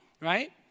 right